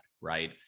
right